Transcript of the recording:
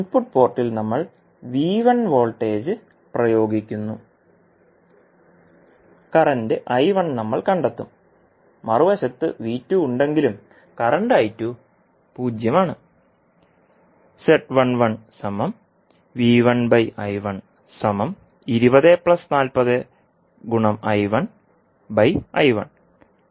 input പോർട്ടിൽ നമ്മൾ V1 voltage പ്രയോഗിക്കുന്നു കറൻറ് I1 നമ്മൾ കണ്ടെത്തും മറുവശത്ത് V2 ഉണ്ടെങ്കിലും കറൻറ് I2 0 ആണ്